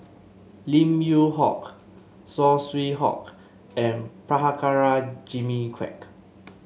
Lim Yew Hock Saw Swee Hock and Prabhakara Jimmy Quek